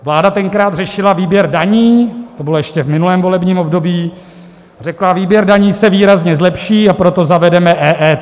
Vláda tenkrát řešila výběr daní, to bylo ještě v minulém volebním období, a řekla: výběr daní se výrazně zlepší, a proto zavedeme EET.